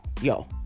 yo